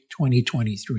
2023